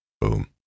Boom